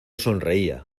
sonreía